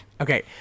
Okay